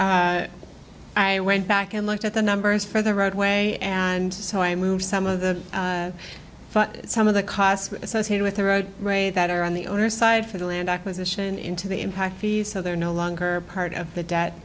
the i went back and looked at the numbers for the roadway and so i moved some of the some of the costs associated with the road re that are on the owners side for the land acquisition into the impact fees so they're no longer part of the debt